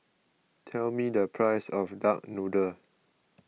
tell me the price of Duck Noodle